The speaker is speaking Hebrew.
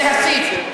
להסית.